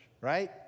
right